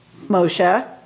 Moshe